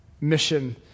mission